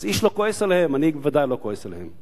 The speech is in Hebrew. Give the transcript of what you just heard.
אז איש לא כועס עליהם, אני בוודאי לא כועס עליהם.